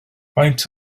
faint